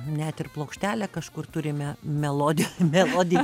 net ir plokštelę kažkur turime melodija melodija